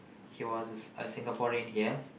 he was a Singaporean here